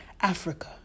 Africa